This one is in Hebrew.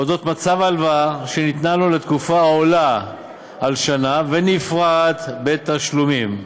מצב הלוואה שניתנה לו לתקופה העולה על שנה ונפרעת בתשלומים.